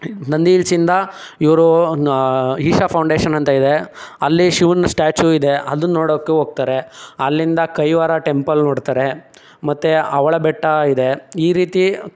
ನಂದಿ ಹಿಲ್ಸಿಂದ ಇವರು ಇಶಾ ಫೌಂಡೇಶನ್ ಅಂತ ಇದೆ ಅಲ್ಲಿ ಶಿವನ ಸ್ಟ್ಯಾಚು ಇದೆ ಅದನ್ನು ನೋಡೋಕ್ಕೆ ಹೋಗ್ತಾರೆ ಅಲ್ಲಿಂದ ಕೈವಾರ ಟೆಂಪಲ್ ನೋಡ್ತಾರೆ ಮತ್ತೆ ಅವಲ ಬೆಟ್ಟ ಇದೆ ಈ ರೀತಿ